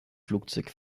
flugzeug